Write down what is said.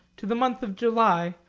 to the month of july,